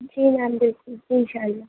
جی ma'am بالکل اِنشاء اللہ